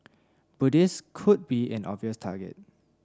Buddhists could be an obvious target